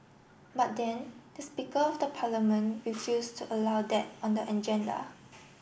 but then the speaker of the parliament refused to allow that on the agenda